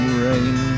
rain